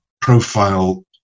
profile